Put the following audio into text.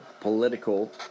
political